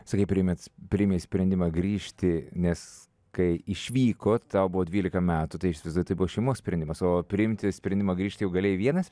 sakai priėmėt s priėmei sprendimą grįžti nes kai išvykot tau buvo dvylika metų tai įsivaizduoju tai buvo šeimos sprendimas o priimti sprendimą grįžt jau galėjai vienas